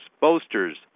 boasters